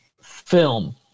film